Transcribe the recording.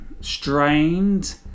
strained